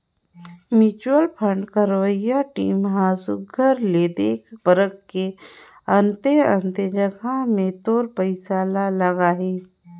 mutual fund करवइया team ह सुग्घर ले देख परेख के अन्ते अन्ते जगहा में तोर पइसा ल लगाहीं